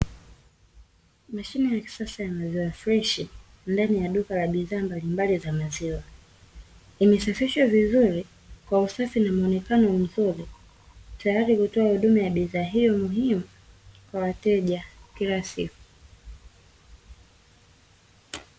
Mashine ya kisasa ya maziwa freshi, ndani ya duka la bidhaa mbalimbali za maziwa. Imesafishwa vizuri kwa usafi na mwonekano mzuri, tayari kwa kutoa huduma hiyo muhimu kwa wateja kila siku .